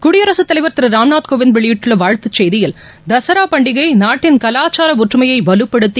குடியரசுத் தலைவர் திரு ராம்நாத் கோவிந்த் வெளியிட்டுள்ள வாழ்த்து செய்தியில் தசரா பண்டிகை நாட்டின் கவாச்சார ஒற்றுமையை வலுப்படுத்தி